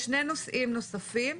יש שני נושאים נוספים,